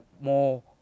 more